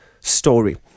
story